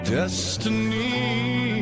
destiny